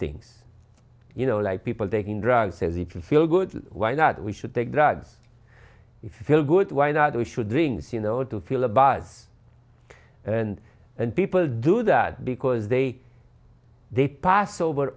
things you know like people taking drugs says if you feel good why not we should take drugs if you feel good why not we should rings you know to feel bad and and people do that because they they pass over